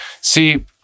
See